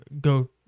go